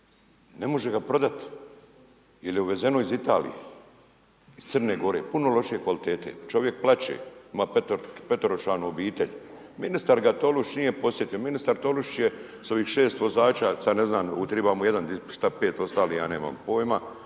ne može ga prodat jer je uvezen iz Italije iz Crne Gore puno lošije kvalitete, čovjek plače. Ima peteročlanu obitelj. Ministar ga Tolušić nije posjetio. Ministar Tolušić je s ovih 6 vozača, sad ne znam, treba mu jedan, šta 5 ostalih, ja nemam pojma,